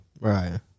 Right